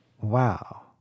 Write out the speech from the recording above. Wow